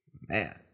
man